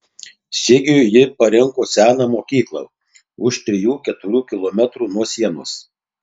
sigiui ji parinko seną mokyklą už trijų keturių kilometrų nuo sienos